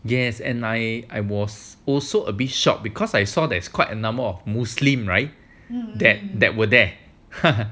yes and I I was also a bit shocked because I saw there is quite a number of muslim right that that were there